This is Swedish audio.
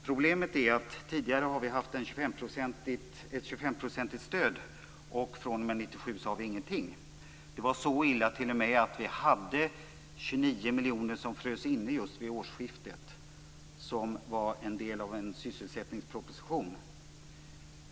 Problemet är att det tidigare har utgått ett 25 procentigt stöd men att det från 1997 inte utgår något stöd alls. Det var t.o.m. så illa att 29 miljoner frös inne vid årsskiftet. Det var en del av en sysselsättningsproposition.